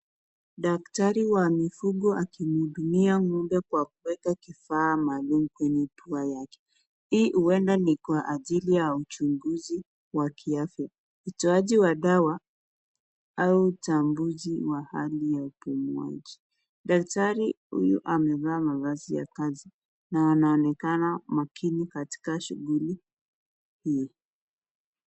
Daktari wa mifugo akimhudumia ng'ombe kwa kuweka kifaa maalum kwenye pua yake. Hii huenda ni kwa ajili ya uchunguzi wa kiafya, utoaji wa dawa au tambuzi wa hali ya upumuaji. Daktari huyu amevaa mavazi ya kazi na anaonekana makini katika shughuli hii.